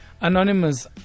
Anonymous